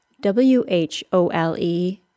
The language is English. W-H-O-L-E